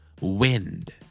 Wind